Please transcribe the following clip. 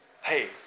Hey